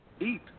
eat